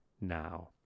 now